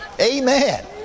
Amen